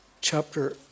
chapter